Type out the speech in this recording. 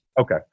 Okay